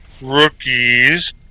rookies